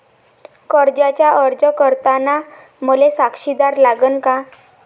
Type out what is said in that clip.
कर्जाचा अर्ज करताना मले साक्षीदार लागन का?